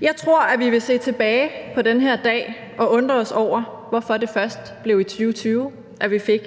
Jeg tror, at vi vil se tilbage på den her dag og undre os over, hvorfor det først blev i 2020, at vi fik